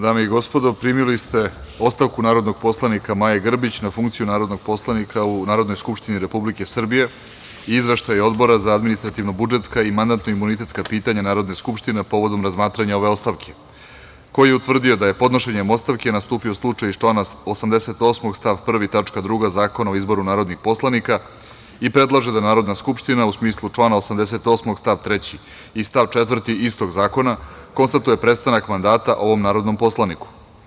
Dame i gospodo, primili ste ostavku narodnog poslanika Maje Grbić na funkciju narodnog poslanika u Narodnoj skupštini Republike Srbije i Izveštaj Odbora za administrativno-budžetska i mandatno-imunitetska pitanja Narodne skupštine povodom razmatranja ove ostavke, koji je utvrdio da je podnošenjem ostavke nastupio slučaj iz člana 88. stav 1. tačka 2. Zakona o izboru narodnih poslanika i predlaže da Narodna skupština, u smislu člana 88. stav 3. i stav 4. istog zakona, konstatuje prestanak mandata ovom narodnom poslaniku.